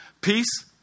Peace